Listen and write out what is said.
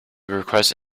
request